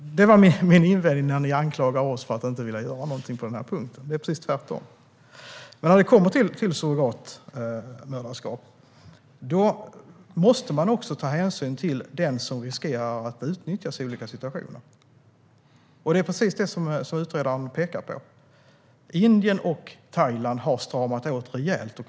Det är min invändning när ni anklagar oss för att inte vilja göra något i denna fråga. Det är precis tvärtom. När det kommer till surrogatmoderskap måste vi också ta hänsyn till den som riskerar att utnyttjas i olika situationer. Det är precis det som utredaren pekar på. Indien och Thailand har stramat åt rejält.